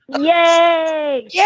Yay